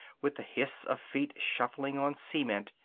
with the hiss of feet shuffling on cement,